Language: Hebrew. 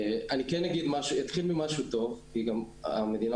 אני אתחיל עם משהו טוב כי המדינה גם